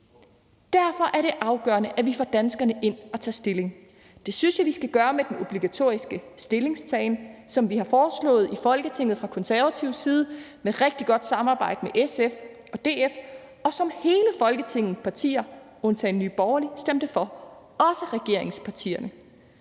Derfor er det afgørende, at vi får danskerne ind at tage stilling. Det synes jeg vi skal gøre med den obligatoriske stillingtagen, som vi har foreslået i Folketinget fra konservativ side i et rigtig godt samarbejde med SF og DF, og som alle Folketingets partier undtagen Nye Borgerlige stemte for, også regeringspartierne.